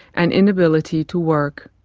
an inability to work.